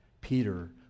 Peter